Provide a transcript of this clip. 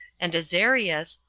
and azarias,